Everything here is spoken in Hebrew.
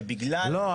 שבגלל --- לא,